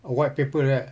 or white paper right